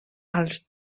als